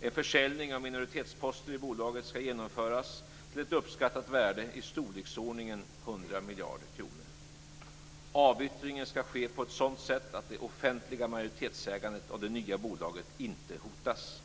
En försäljning av minoritetsposter i bolaget skall genomföras till ett uppskattat värde i storleksordningen 100 miljarder kronor. Avyttringen skall ske på ett sådant sätt att det offentliga majoritetsägandet av det nya bolaget inte hotas.